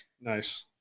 Nice